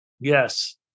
Yes